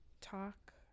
talk